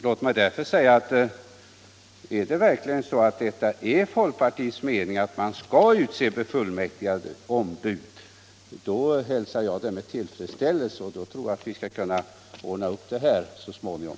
Låt mig därför säga att om det verkligen är folkpartiets mening att befullmäktigade ombud skall utses, hälsar jag detta med tillfredsställelse, och då tror jag också att vi skall kunna ordna upp den här saken så småningom.